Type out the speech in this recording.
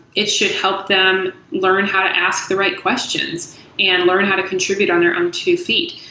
it should help them learn how to ask the right questions and learn how to contribute on their own two feet.